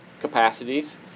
capacities